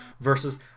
versus